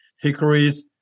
hickories